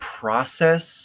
process